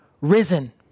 risen